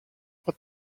what